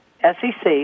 SEC